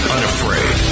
Unafraid